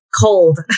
cold